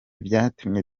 byatumye